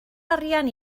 arian